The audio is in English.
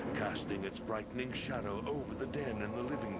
casting its brightening shadow over the den and the living